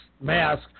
mask